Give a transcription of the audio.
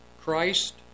Christ